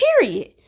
period